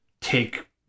take